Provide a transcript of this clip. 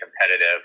competitive